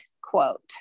quote